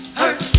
hurt